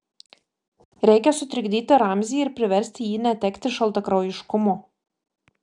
reikia sutrikdyti ramzį ir priversti jį netekti šaltakraujiškumo